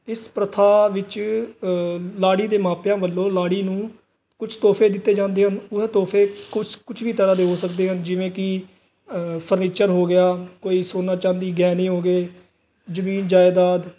ਇਸ ਪ੍ਰਥਾ ਵਿੱਚ ਲਾੜੀ ਦੇ ਮਾਪਿਆਂ ਵੱਲੋਂ ਲਾੜੀ ਨੂੰ ਕੁਝ ਤੋਹਫ਼ੇ ਦਿੱਤੇ ਜਾਂਦੇ ਹਨ ਉਹ ਤੋਹਫ਼ੇ ਕੁਛ ਕੁਛ ਵੀ ਤਰ੍ਹਾਂ ਦੇ ਹੋ ਸਕਦੇ ਹਨ ਜਿਵੇਂ ਕਿ ਫਰਨੀਚਰ ਹੋ ਗਿਆ ਕੋਈ ਸੋਨਾ ਚਾਂਦੀ ਗਹਿਣੇ ਹੋ ਗਏ ਜਮੀਨ ਜਾਇਦਾਦ